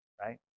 right